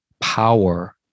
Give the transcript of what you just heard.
power